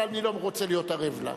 אבל אני לא רוצה להיות ערב לה.